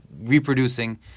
reproducing